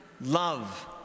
love